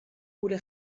gure